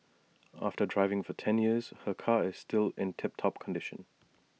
after driving for ten years her car is still in tip top condition